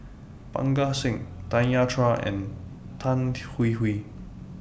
Parga Singh Tanya Chua and Tan Hwee Hwee